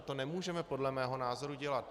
To nemůžeme podle mého názoru dělat.